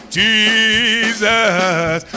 jesus